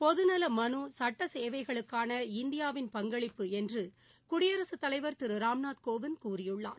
பொதுநல மனு சுட்ட சேவைகளுக்கான இந்தியாவின் பங்களிப்பு என்று குடியரசுத் தலைவர் திரு ராம்நாத் கோவிந்த் கூறியுள்ளார்